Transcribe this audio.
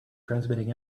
transmitting